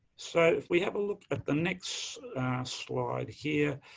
so, if we have a look at the next slide here,